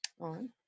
on